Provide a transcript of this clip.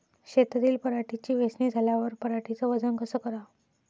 शेतातील पराटीची वेचनी झाल्यावर पराटीचं वजन कस कराव?